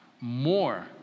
more